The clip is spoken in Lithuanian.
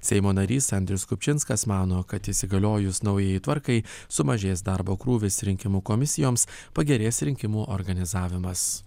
seimo narys andrius kupčinskas mano kad įsigaliojus naujajai tvarkai sumažės darbo krūvis rinkimų komisijoms pagerės rinkimų organizavimas